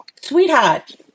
sweetheart